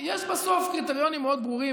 יש בסוף קריטריונים מאוד ברורים.